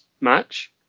match